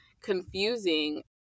confusing